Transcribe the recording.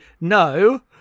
no